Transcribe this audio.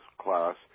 class